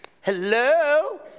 Hello